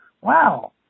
wow